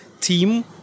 team